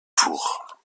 four